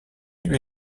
lui